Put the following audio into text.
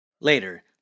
Later